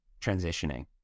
transitioning